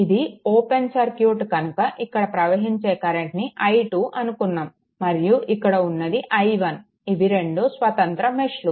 ఇది open circuit కనుక ఇక్కడ ప్రవహించే కరెంట్ని i2 అనుకున్నాము మరియు ఇక్కడ ఉన్నది i1 ఇవి రెండు స్వతంత్ర మెష్లు